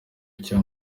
icyo